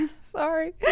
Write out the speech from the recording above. Sorry